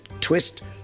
twist